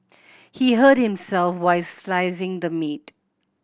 he hurt himself while slicing the meat